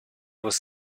was